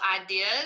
ideas